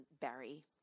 Barry